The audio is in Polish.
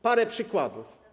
Parę przykładów.